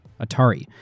Atari